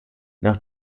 nach